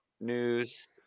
news